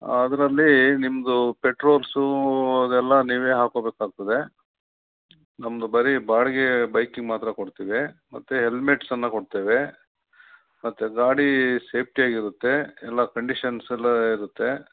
ಅದರಲ್ಲಿ ನಿಮ್ಮದು ಪೆಟ್ರೋಲ್ಸು ಅದೆಲ್ಲ ನೀವೇ ಹಾಕೋಬೇಕಾಗ್ತದೆ ನಮ್ಮ ಬರಿ ಬಾಡಿಗೆ ಬೈಕಿಗೆ ಮಾತ್ರ ಕೊಡ್ತೀವಿ ಮತ್ತೆ ಹೆಲ್ಮೆಟ್ಸನ್ನು ಕೊಡ್ತೀವಿ ಮತ್ತೆ ಗಾಡಿ ಸೇಫ್ಟಿಯಾಗಿರುತ್ತೆ ಎಲ್ಲಾ ಕಂಡಿಷನ್ಸ್ ಎಲ್ಲ ಇರುತ್ತೆ